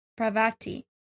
Pravati